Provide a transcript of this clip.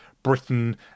Britain